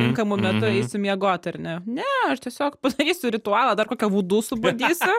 tinkamu metu eisiu miegoti ar ne ne aš tiesiog padarysiu ritualą dar kokią vudu subadysiu